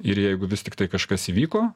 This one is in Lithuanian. ir jeigu vis tiktai kažkas įvyko